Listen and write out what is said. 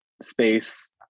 space